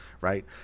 Right